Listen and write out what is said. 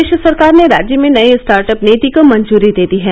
प्रदेश सरकार ने राज्य में नई स्टार्ट अप नीति को मंजूरी दे दी है